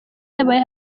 yabaye